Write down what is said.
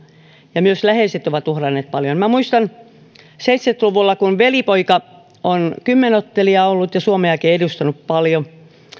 ja myös läheiset ovat uhranneet paljon minä muistan kun seitsemänkymmentä luvulla kun velipoikani on kymmenottelija ollut ja suomeakin edustanut paljon